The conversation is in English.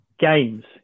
games